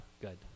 good